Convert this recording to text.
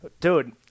dude